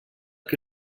que